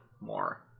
more